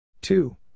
Two